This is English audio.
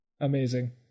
Amazing